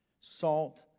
Salt